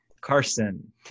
Carson